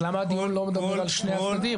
אז למה הדיון לא מדבר על שני הצדדים?